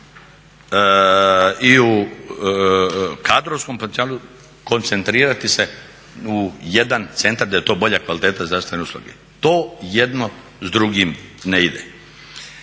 i u kadrovskom potencijalu koncentrirati se u jedan centar da je to bolja kvaliteta zdravstvene usluge. To jedno s drugim ne ide.